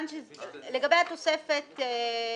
זאת אומרת שאם רוצים לערוך שינויים בתוספת לאחר